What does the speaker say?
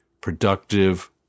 productive